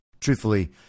truthfully